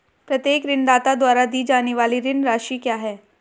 प्रत्येक ऋणदाता द्वारा दी जाने वाली ऋण राशि क्या है?